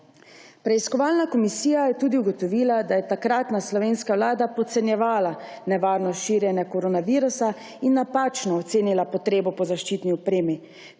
Preiskovalna komisija je tudi ugotovila, da je takratna slovenska vlada podcenjevala nevarnost širjenja koronavirusa in napačno ocenila potrebo po zaščitni opremi